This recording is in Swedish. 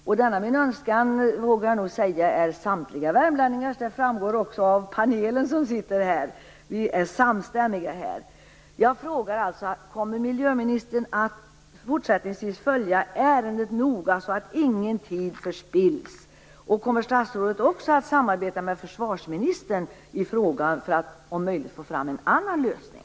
Jag vågar nog säga att denna min önskan är samtliga värmlänningars. Det framgår också av den panel som sitter här. Vi är samstämmiga. Kommer miljöministern fortsättningsvis att följa ärendet noga, så att ingen tid förspills? Och kommer statsrådet att samarbeta med försvarsministern i frågan för att, om möjligt, få fram en annan lösning?